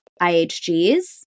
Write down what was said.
IHGs